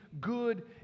good